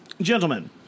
Gentlemen